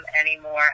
anymore